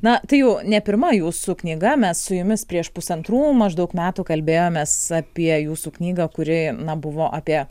na tai jau ne pirma jūsų knyga mes su jumis prieš pusantrų maždaug metų kalbėjomės apie jūsų knygą kuri na buvo apie